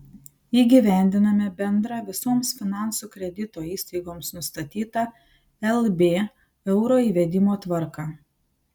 įgyvendiname bendrą visoms finansų kredito įstaigoms nustatytą lb euro įvedimo tvarką